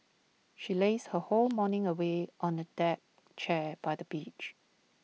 she lazed her whole morning away on A deck chair by the beach